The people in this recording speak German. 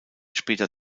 später